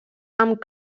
amb